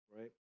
right